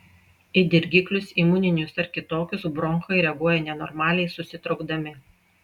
į dirgiklius imuninius ar kitokius bronchai reaguoja nenormaliai susitraukdami